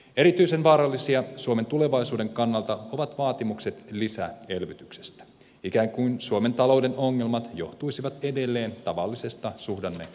erityisen vaarallisia suomen tulevaisuuden kannalta ovat vaatimukset lisäelvytyksestä ikään kuin suomen talouden ongelmat johtuisivat edelleen tavallisesta suhdannetaantumasta